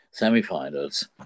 semifinals